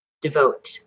devote